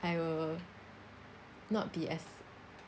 I will not be as